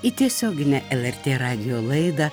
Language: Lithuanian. į tiesioginę lrt radijo laidą